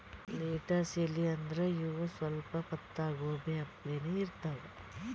lettuce ಎಲಿ ಅಂದ್ರ ಇವ್ ಸ್ವಲ್ಪ್ ಪತ್ತಾಗೋಬಿ ಅಪ್ಲೆನೇ ಇರ್ತವ್